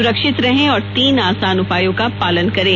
सुरक्षित रहें और तीन आसान उपायों का पालन करें